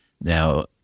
Now